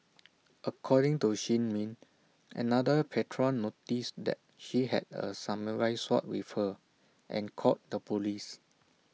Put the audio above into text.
according to shin min another patron noticed that she had A samurai sword with her and called the Police